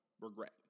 regret